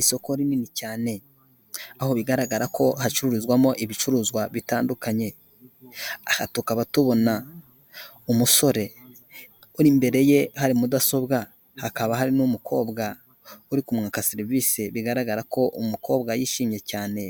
Isoko rinini cyane, aho bigaragara ko hacururizwamo ibicuruzwa bitandukanye, aha tukaba tubona umusore uri imbere ye hari mudasobwa, hakaba harimo umukobwa uri kumwaka serivisi bigaragara ko umukobwa yishimye cyane